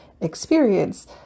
experience